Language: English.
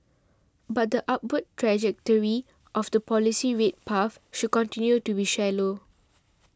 but the upward trajectory of the policy rate path should continue to be shallow